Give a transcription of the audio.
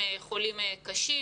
חולים קשים.